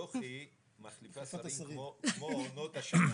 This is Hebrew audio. יוכי מחליפה שרים כמו עונות השנה,